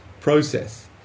process